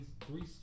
Three